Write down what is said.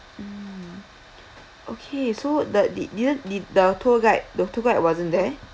mm okay so the did didn't did the tour guide the tour guide wasn't there